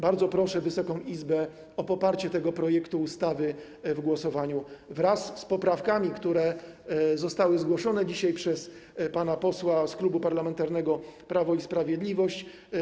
Bardzo proszę Wysoką Izbę o poparcie tego projektu ustawy w głosowaniu wraz z poprawkami, które zostały zgłoszone dzisiaj przez pana posła z Klubu Parlamentarnego Prawo i Sprawiedliwość.